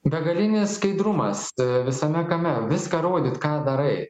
begalinis skaidrumas visame kame viską rodyt ką darai